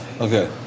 Okay